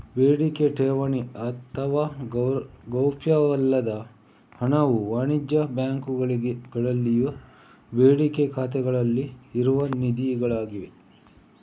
ಬೇಡಿಕೆ ಠೇವಣಿ ಅಥವಾ ಗೌಪ್ಯವಲ್ಲದ ಹಣವು ವಾಣಿಜ್ಯ ಬ್ಯಾಂಕುಗಳಲ್ಲಿನ ಬೇಡಿಕೆ ಖಾತೆಗಳಲ್ಲಿ ಇರುವ ನಿಧಿಗಳಾಗಿವೆ